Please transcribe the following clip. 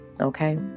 okay